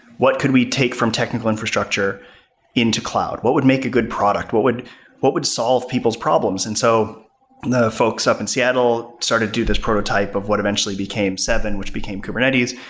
what could we take from technical infrastructure into cloud? what would make a good product? what would what would solve people's problems? and so the folks up in seattle started to do this prototype of what eventually became seven, which became kubernetes.